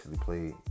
played